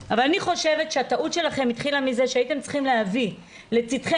אבל אני חושבת שהטעות שלכם התחילה מזה שהייתם צריכים להביא לצדכם,